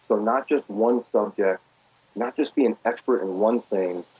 but not just one subject, yeah not just being expert in one thing,